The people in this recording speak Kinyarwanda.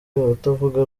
abatavuga